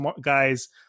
guys